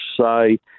say